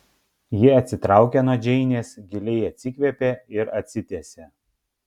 ji atsitraukė nuo džeinės giliai atsikvėpė ir atsitiesė